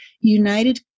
United